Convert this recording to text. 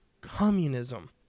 communism